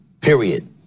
period